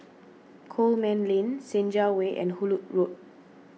Coman Lane Senja Way and Hullet Road